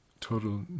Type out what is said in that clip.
total